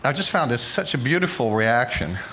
um just found this such a beautiful reaction,